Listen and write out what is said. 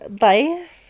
life